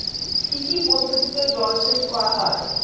কি কি পদ্ধতিতে জলসেচ করা হয়?